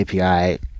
API